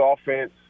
offense